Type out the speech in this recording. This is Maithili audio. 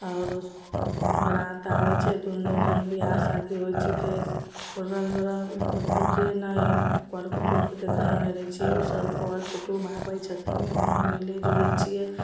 आओर बारात आबैत छै दुनू जन बिआह शादी होइ छिकै ओ रङ्ग रङ्ग मतलब जेनाए कर कुटुमके देखनो नहि रहैत छियै ओ सभ कर कुटुम आबैत छथिन अपना मिलैत जुलैत छियै